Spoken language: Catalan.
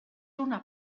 una